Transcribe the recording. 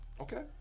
Okay